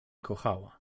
kochała